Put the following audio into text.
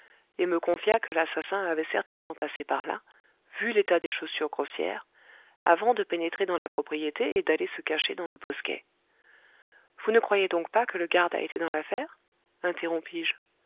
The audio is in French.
et me confia que l'assassin avait certainement passé par là vu l'état des chaussures grossières avant de pénétrer dans la propriété et d'aller se cacher dans le bosquet vous ne croyez donc pas que le garde a été dans l'affaire